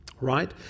Right